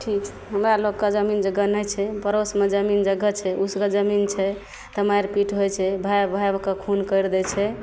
ठीक हमरा लोकके जमीन जगह नहि छै पड़ोसमे जमीन जगह छै उसरल जमीन तऽ मारि पीटि होइ छै भाइ भाइके खून करि दै छै